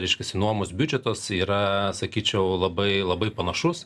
reiškiasi nuomos biudžetas yra sakyčiau labai labai panašus